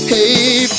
Hey